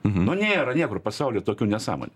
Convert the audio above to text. nu nėra niekur pasauly tokių nesąmonių